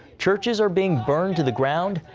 churches are being burned to the grounds,